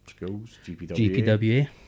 GPWA